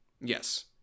yes